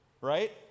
right